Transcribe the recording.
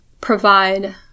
provide